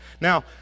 Now